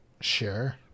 Sure